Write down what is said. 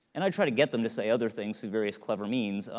and i'd try to get them to say other things through various clever means,